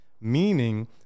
Meaning